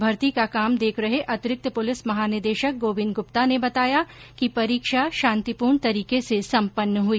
भर्ती का काम देख रहे अतिरिक्त पुलिस महानिदेशक गोविन्द गुप्ता ने बताया कि परीक्षा शांतिपूर्ण तरीके से संपन्न हुई